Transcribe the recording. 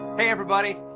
hey, everybody.